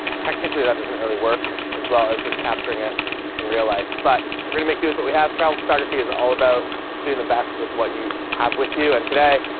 technically that doesn't really work as well as just capturing it in real life. but we're going to make do with what we have. travel photography is all about doing the best with what you have with you. and today